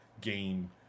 game